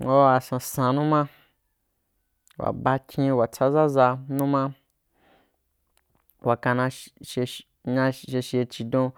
nwuawa sansan numa wa bakyīn wa tsaʒaʒa numa wa kana sheshi nyashi sheshe chidon.